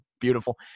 beautiful